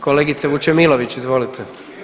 Kolegice Vučemilović izvolite.